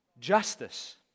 justice